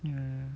yea